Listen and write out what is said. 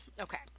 Okay